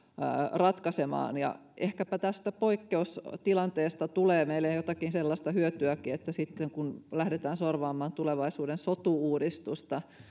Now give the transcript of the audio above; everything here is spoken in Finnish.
ratkaisemaan ja ehkäpä tästä poikkeustilanteesta tulee meille jotakin sellaista hyötyäkin että sitten kun lähdetään sorvaamaan tulevaisuuden sotu uudistusta